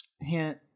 Hint